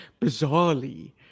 bizarrely